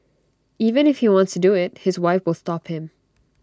even if he wants to do IT his wife will stop him